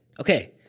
Okay